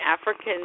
African